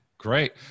Great